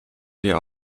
wiem